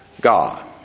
God